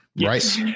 Right